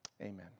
Amen